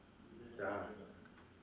ya